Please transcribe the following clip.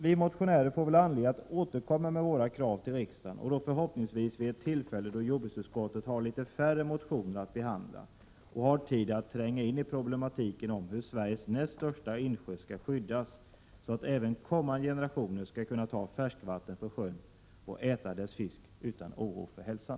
Vi motionärer får väl anledning att återkomma med våra krav till riksdagen och då förhoppningsvis vid ett tillfälle när jordbruksutskottet har litet färre motioner att behandla och har tid att tränga in i problemet hur Sveriges näst största insjö skall skyddas så att även kommande generationer skall kunna ta färskvatten från sjön och äta dess fisk utan oro för hälsan.